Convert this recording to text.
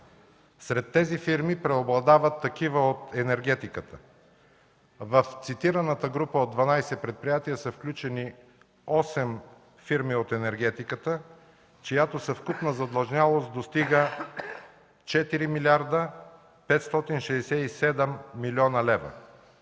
Сред тези фирми преобладават такива от енергетиката. В цитираната група от 12 предприятия са включени осем фирми от енергетиката, чиято съвкупна задлъжнялост достига 4 млрд. 567 млн. лв.